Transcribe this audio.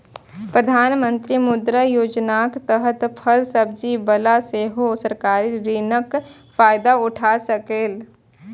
प्रधानमंत्री मुद्रा योजनाक तहत फल सब्जी बला सेहो सरकारी ऋणक फायदा उठा सकैए